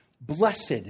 Blessed